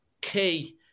key